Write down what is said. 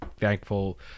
thankful